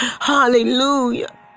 hallelujah